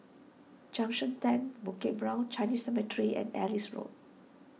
Junction ten Bukit Brown Chinese Cemetery and Ellis Road